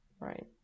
Right